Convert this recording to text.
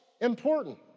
important